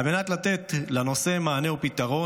על מנת לתת לנושא מענה ופתרון,